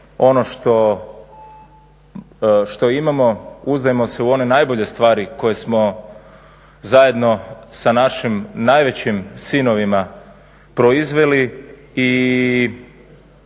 ono što imamo, uzdajmo se u one najbolje stvari koje smo zajedno sa našim najvećim sinovima proizveli i